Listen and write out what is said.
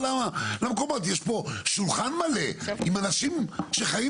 תראו, קודם כל, ראשית, אני חושב שחשוב